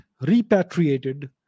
repatriated